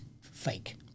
fake